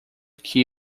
que